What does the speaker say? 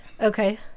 Okay